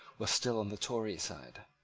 was still on the tory side.